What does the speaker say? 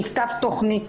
נכתבה תכנית